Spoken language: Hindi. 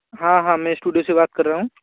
हाँ हाँ मैं स्टूडियो से बात कर रहा हूँ